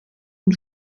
und